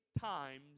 times